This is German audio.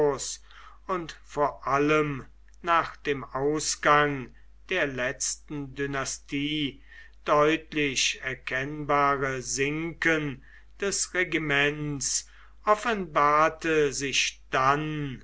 und vor allem nach dem ausgang der letzten dynastie deutlich erkennbare sinken des regiments offenbarte sich dann